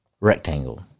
rectangle